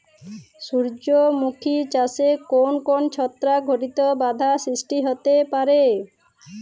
সূর্যমুখী চাষে কোন কোন ছত্রাক ঘটিত বাধা সৃষ্টি হতে পারে?